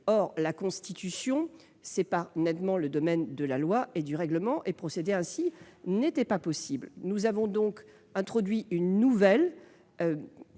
La Constitution séparant nettement les domaines de la loi et du règlement, procéder ainsi n'était pas possible. Nous avons donc introduit une nouvelle